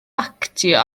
actio